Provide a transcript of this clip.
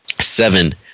Seven